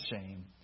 shame